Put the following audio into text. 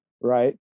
right